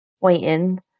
waiting